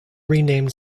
renamed